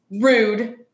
rude